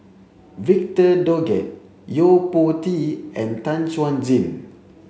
Victor Doggett Yo Po Tee and Tan Chuan Jin